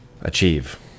achieve